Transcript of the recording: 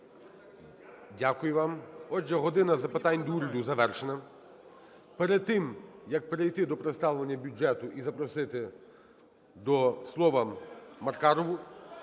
Дякую вам. Отже, "година запитань до Уряду" завершена. Перед тим як перейти до представлення бюджету і запросити до слова Маркарову,